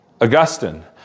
Augustine